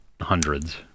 hundreds